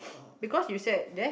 because you said there